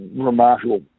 remarkable